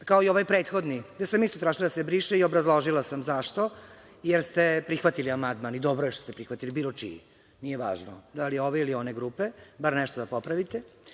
kao i ovaj prethodni, gde sam isto tražila da se briše i obrazložila sam zašto, jer ste prihvatili amandman, dobro je što ste prihvatili bilo čiji, nije važno, da li ove ili one grupe, bar nešto da popravite…Dakle,